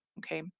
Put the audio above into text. Okay